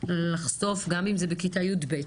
לחשוף גם אם זה בכיתה יב',